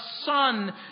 son